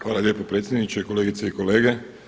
Hvala lijepo predsjedniče, kolegice i kolege.